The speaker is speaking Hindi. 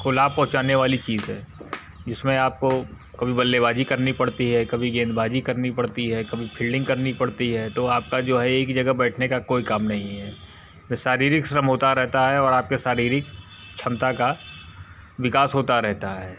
को लाभ पहुँचाने वाली चीज़ है जिसमें आपको कभी बल्लेबाज़ी करनी पड़ती है कभी गेंदबाज़ी करनी पड़ती है कभी फील्डिंग करनी पड़ती है तो आपका जो है एक ही जगह बैठने का कोई काम नहीं है शारीरिक श्रम होता रहता है और आपका शारीरिक क्षमता का विकास होता रहता है